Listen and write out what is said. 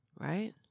Right